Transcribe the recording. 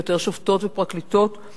ויותר שופטות ופרקליטות,